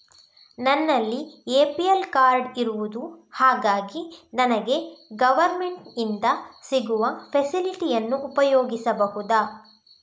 ನನ್ನಲ್ಲಿ APL card ಇರುದು ಹಾಗಾಗಿ ನನಗೆ ಗವರ್ನಮೆಂಟ್ ಇಂದ ಸಿಗುವ ಫೆಸಿಲಿಟಿ ಅನ್ನು ಉಪಯೋಗಿಸಬಹುದಾ?